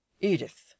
Edith